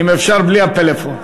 אם אפשר בלי הפלאפון.